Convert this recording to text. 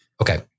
Okay